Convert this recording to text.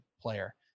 player